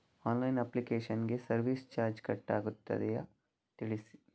Online application ಗೆ service charge cut ಆಗುತ್ತದೆಯಾ ತಿಳಿಸಿ?